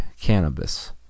cannabis